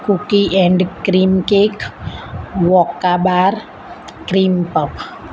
cookie and cream cake વૉકાબાર cream puff